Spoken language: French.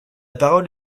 parole